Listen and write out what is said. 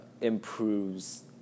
improves